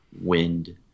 wind